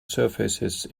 surfaces